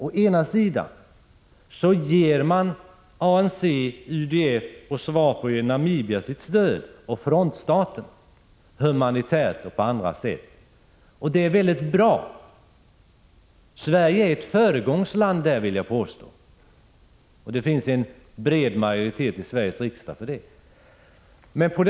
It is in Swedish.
Å ena sidan ger man ANC, UDF och SWAPO i Namibia samt frontstaterna sitt stöd, humanitärt och på andra sätt. Det är mycket bra. Jag vill påstå att Sverige i det avseendet är ett föregångsland. Det finns också en bred majoritet i Sveriges riksdag för detta stöd.